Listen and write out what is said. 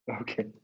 Okay